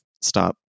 stop